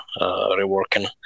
reworking